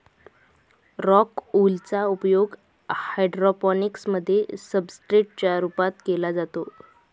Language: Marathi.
रॉक वूल चा उपयोग हायड्रोपोनिक्स मध्ये सब्सट्रेट च्या रूपात केला जातो